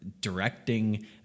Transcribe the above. directing